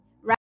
right